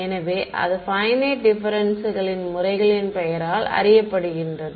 எனவே அது பையனைட் டிப்பெரன்ஸ்களின் முறைகளின் பெயரால் அறியப்படுகிறது